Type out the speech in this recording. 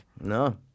No